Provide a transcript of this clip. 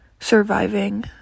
Surviving